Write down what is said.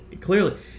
Clearly